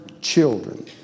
children